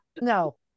no